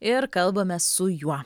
ir kalbamės su juo